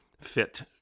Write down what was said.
fit